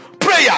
prayer